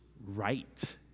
right